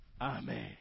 Amen